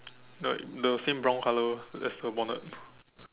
like the same brown colour as the bonnet